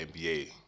NBA